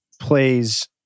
plays